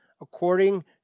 according